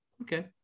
Okay